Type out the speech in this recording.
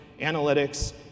analytics